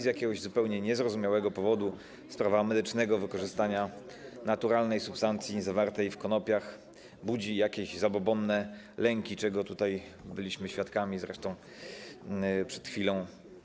Z jakiegoś zupełnie niezrozumiałego powodu sprawa medycznego wykorzystania naturalnej substancji zawartej w konopiach budzi jakieś zabobonne lęki, czego byliśmy tutaj świadkami, zresztą przed chwilą.